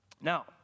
Now